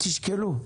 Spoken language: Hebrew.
תשקלו.